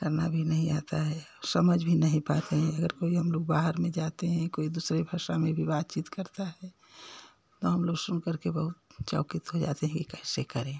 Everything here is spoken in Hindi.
करना भी नहीं आता है समझ भी नहीं पाते हैं अगर कोई हम लोग बाहर में जाते हैं कोई दूसरे भाषा में भी बातचीत करता है तो हम लोग सुनकर के बहुत चकित हो जाते हैं कि कैसे करें